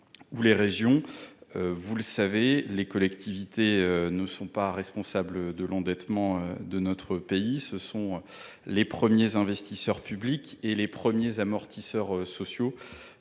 ou des régions. Les collectivités ne sont pas responsables de l’endettement de notre pays. Elles constituent les premiers investisseurs publics et les premiers amortisseurs sociaux.